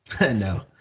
No